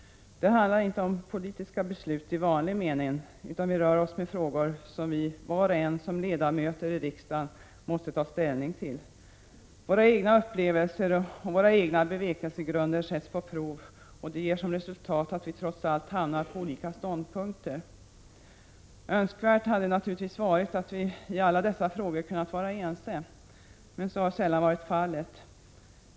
Det handlar inte om politiska beslut i vanlig mening, utan vi rör oss med frågor som vi, var och en som ledamot av riksdagen, måste ta ställning till. Våra egna upplevelser och våra egna bevekelsegrunder sätts på prov, och det ger som resultat att vi trots allt hamnar på olika ståndpunkter. Önskvärt hade naturligtvis varit att vi i alla dessa frågor kunnat vara ense, men så har sällan varit fallet.